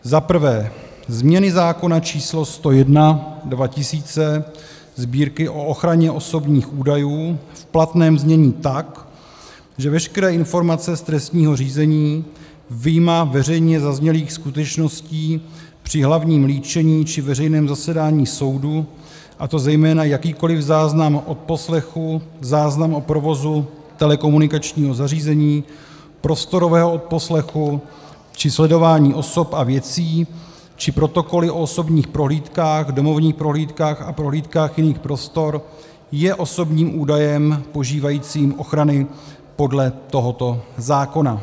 1. změny zákona č. 101/2000 Sb., o ochraně osobních údajů, v platném znění, tak, že veškeré informace z trestního řízení, vyjma veřejně zaznělých skutečností při hlavním líčení či veřejném zasedání soudu, a to zejména jakýkoliv záznam odposlechu, záznam o provozu telekomunikačního zařízení, prostorového odposlechu či sledování osob a věcí či protokoly o osobních prohlídkách, domovních prohlídkách a prohlídkách jiných prostor je osobním údajem požívajícím ochrany podle tohoto zákona;